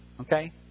okay